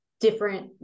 different